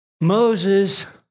Moses